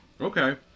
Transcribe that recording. Okay